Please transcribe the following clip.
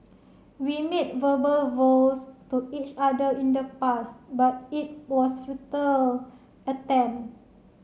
we made verbal vows to each other in the past but it was futile attempt